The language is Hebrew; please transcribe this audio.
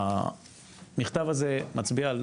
המכתב הזה מצביע על